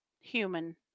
human